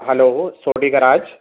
hello Soni garage